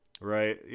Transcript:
right